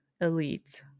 elite